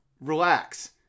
relax